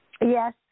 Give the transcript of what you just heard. Yes